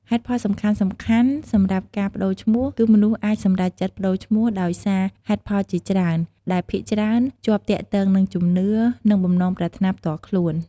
ហេតុផលសំខាន់ៗសម្រាប់ការប្ដូរឈ្មោះ គឺមនុស្សអាចសម្រេចចិត្តប្ដូរឈ្មោះដោយសារហេតុផលជាច្រើន ដែលភាគច្រើនជាប់ទាក់ទងនឹងជំនឿ និងបំណងប្រាថ្នាផ្ទាល់ខ្លួន។